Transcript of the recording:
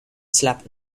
slept